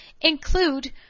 include